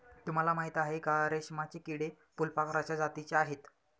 तुम्हाला माहिती आहे का? रेशमाचे किडे फुलपाखराच्या जातीचे आहेत